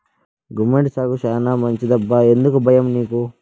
గుమ్మడి సాగు శానా మంచిదప్పా ఎందుకీ బయ్యం నీకు